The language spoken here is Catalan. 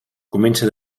comença